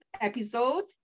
episode